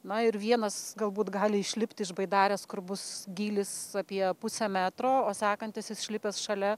na ir vienas galbūt gali išlipti iš baidarės kur bus gylis apie pusę metro o sakantis išlipęs šalia